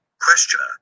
Questioner